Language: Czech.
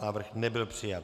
Návrh nebyl přijat.